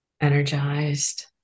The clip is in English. energized